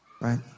Right